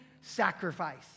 sacrifice